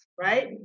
right